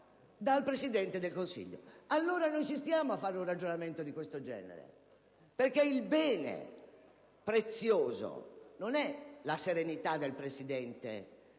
dal Presidente del Consiglio. Allora noi ci stiamo a fare un ragionamento di questo genere, perché il bene prezioso non è la serenità del Presidente